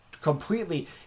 completely